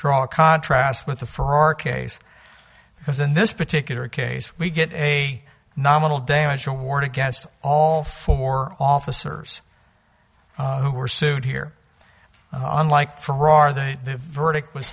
draw a contrast with the for our case because in this particular case we get a nominal damage award against all four officers who were sued here unlike karrar the verdict was